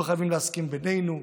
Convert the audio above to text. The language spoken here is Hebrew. לא חייבים להסכים בינינו.